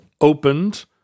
opened